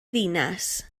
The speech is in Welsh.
ddinas